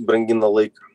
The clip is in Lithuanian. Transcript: brangina laiką